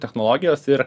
technologijos ir